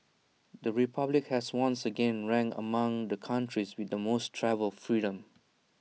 the republic has once again ranked among the countries with the most travel freedom